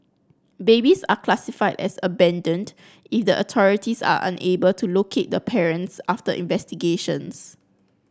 babies are classified as abandoned if the authorities are unable to locate the parents after investigations